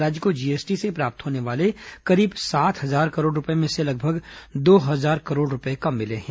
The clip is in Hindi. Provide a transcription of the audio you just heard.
राज्य को जीएसटी से प्राप्त होने वाले करीब सात हजार करोड़ रूपये में से लगभग दो हजार करोड़ रूपये कम मिले हैं